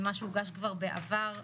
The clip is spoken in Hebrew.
מה שהוגש כבר בעבר,